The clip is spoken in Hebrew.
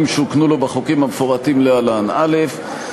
שהוקנו לו בחוקים המפורטים להלן: א.